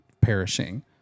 perishing